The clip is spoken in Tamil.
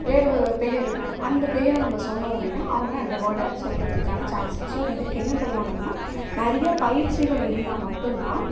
வேறு ஒரு பெயர் இருக்கும் அந்த பெயரை நம்ம சொன்னோம் அப்படின்னா அவங்க அந்த வேர்டை சொல்கிறத்துக்கான சான்ஸு ஸோ இதுக்கு என்ன பண்ணுவாங்கன்னால் நிறைய பயிற்சிகள் இருந்தால் மட்டும்தான்